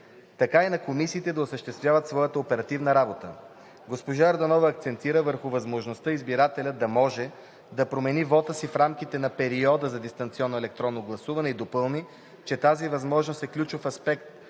така и на комисиите да осъществят своята оперативна работа. Госпожа Йорданова акцентира върху възможността избирателят да може да промени вота си в рамките на периода за дистанционно електронно гласуване и допълни, че тази възможност е ключов аспект